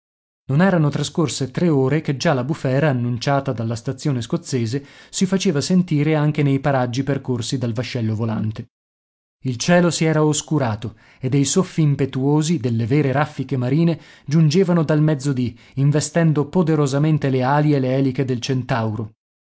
non erano trascorse tre ore che già la bufera annunciata dalla stazione scozzese si faceva sentire anche nei paraggi percorsi dal vascello volante il cielo si era oscurato e dei soffi impetuosi delle vere raffiche marine giungevano dal mezzodì investendo poderosamente le ali e le eliche del centauro